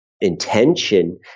intention